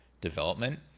development